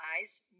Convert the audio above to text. eyes